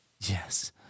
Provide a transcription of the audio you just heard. Yes